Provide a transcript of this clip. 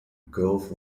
gulf